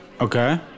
Okay